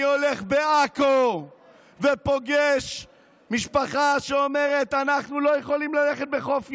אני הולך בעכו ופוגש משפחה שאומרת: אנחנו לא יכולים ללכת בחוף הים,